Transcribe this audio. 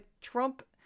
Trump